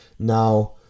Now